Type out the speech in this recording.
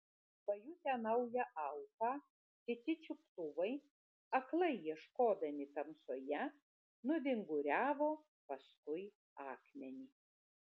pajutę naują auką kiti čiuptuvai aklai ieškodami tamsoje nuvinguriavo paskui akmenį